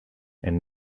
and